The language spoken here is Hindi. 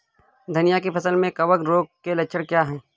धनिया की फसल में कवक रोग के लक्षण क्या है?